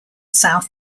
south